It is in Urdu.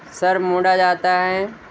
سر مونڈا جاتا ہے